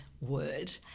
word